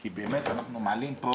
כי באמת אנחנו מעלים פה